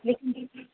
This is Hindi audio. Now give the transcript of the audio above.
लेकिन दीजिए